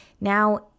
Now